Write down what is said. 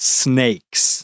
snakes